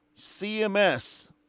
CMS